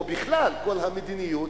או בכלל כל המדיניות,